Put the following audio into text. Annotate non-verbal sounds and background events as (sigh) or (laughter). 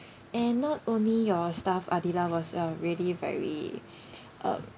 and not only your staff adilah was uh really very (breath) um